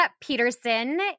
Peterson